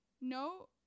No